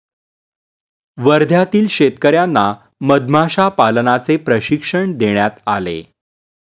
वर्ध्यातील शेतकर्यांना मधमाशा पालनाचे प्रशिक्षण देण्यात आले